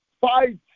fight